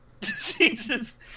Jesus